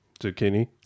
Zucchini